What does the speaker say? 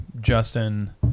Justin